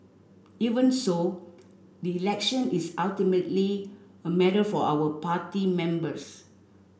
even so election is ultimately a matter for our party members